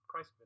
Christman